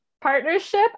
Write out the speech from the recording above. partnership